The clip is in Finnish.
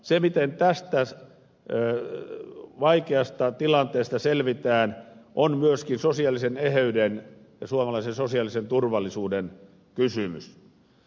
se miten tästä vaikeasta tilanteesta selvitään on myöskin sosiaalisen eheyden ja suomalaisen sosiaalisen turvallisuuden kysymys